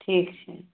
ठीक छै